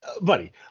Buddy